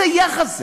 איזה יחס זה?